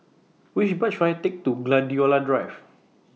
Which Bus should I Take to Gladiola Drive